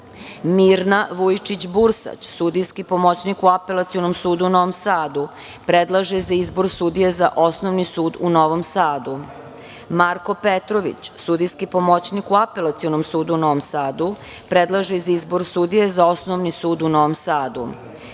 Mirna Vujčić Bursać, sudijski pomoćnik u Apelacionom sudu u Novom Sadu, predlaže za izbor sudije za Osnovni sud u Novom Sadu, Marko Petrović, sudijski pomoćnik u Apelacionom sudu u Novom Sadu, predlaže za izbor sudije za Osnovni sud u Novom Sadu,